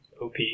OP